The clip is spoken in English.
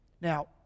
Now